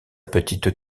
petite